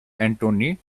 anthony